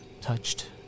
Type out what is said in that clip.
touched